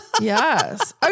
Yes